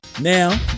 Now